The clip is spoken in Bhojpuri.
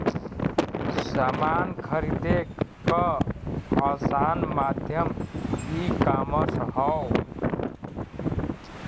समान खरीदे क आसान माध्यम ईकामर्स हौ